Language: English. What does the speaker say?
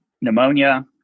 pneumonia